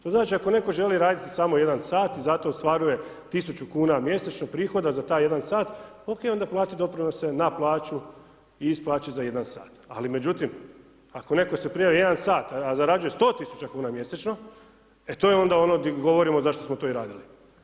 To znači, ako netko želi raditi samo 1 sat, i zato ostvaruje 1000 kuna mjesečno prihoda za taj 1 sat, ok, onda plati doprinose na plaću i iz plaće za 1 sat, ali međutim, ako netko se prijavi 1 sat, a zarađuje 100000 kuna mjesečno, e to je onda ono di govorimo zašto smo to i radili.